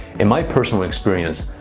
in my personal experience,